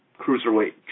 cruiserweight